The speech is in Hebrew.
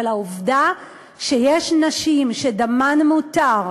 אבל העובדה היא שיש נשים שדמן מותר,